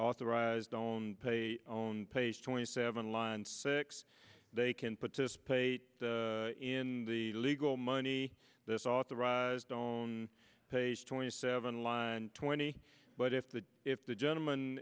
authorized don't pay only page twenty seven line six they can participate in the legal money this authorized on page twenty seven line twenty but if the if the gentleman